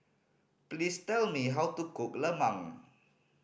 please tell me how to cook lemang